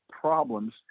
problems